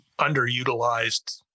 underutilized